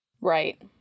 Right